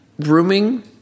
grooming